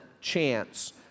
chance